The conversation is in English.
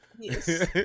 Yes